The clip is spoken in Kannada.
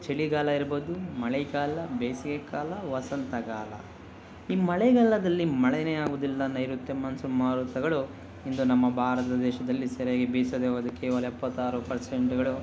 ಚಳಿಗಾಲ ಇರ್ಬೋದು ಮಳೆಗಾಲ ಬೇಸಿಗೆಕಾಲ ವಸಂತಗಾಲ ಈ ಮಳೆಗಾಲದಲ್ಲಿ ಮಳೆನೇ ಆಗೋದಿಲ್ಲ ನೈಋತ್ಯ ಮಾನ್ಸೂನ್ ಮಾರುತಗಳು ಇಂದು ನಮ್ಮ ಭಾರತ ದೇಶದಲ್ಲಿ ಸರಿಯಾಗಿ ಬೀಸದೆ ಹೋದ ಕೇವಲ ಎಪ್ಪತಾರು ಪರ್ಸೆಂಟುಗಳು